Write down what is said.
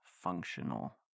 functional